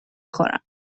خورم